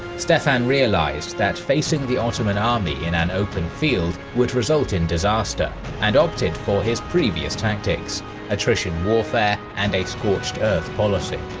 stephen realized that facing the ottoman army in an open field would result in disaster and opted for his previous tactics attrition warfare and a scorched earth policy.